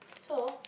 so